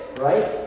right